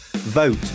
vote